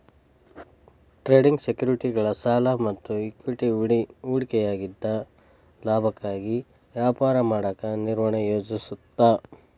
trading ಸೆಕ್ಯುರಿಟಿಗಳ ಸಾಲ ಮತ್ತ ಇಕ್ವಿಟಿ ಹೂಡಿಕೆಯಾಗಿದ್ದ ಲಾಭಕ್ಕಾಗಿ ವ್ಯಾಪಾರ ಮಾಡಕ ನಿರ್ವಹಣೆ ಯೋಜಿಸುತ್ತ